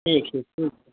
ठीक ठीक ठीक